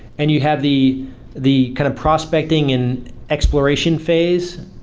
and you have the the kind of prospecting in exploration phase,